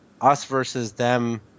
us-versus-them